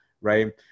right